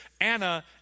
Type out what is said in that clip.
Anna